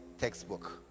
textbook